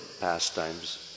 pastimes